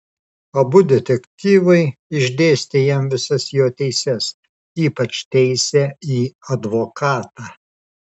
abu detektyvai išdėstė jam visas jo teises ypač teisę į advokatą